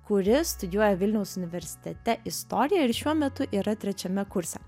kuri studijuoja vilniaus universitete istoriją ir šiuo metu yra trečiame kurse